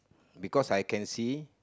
because I can see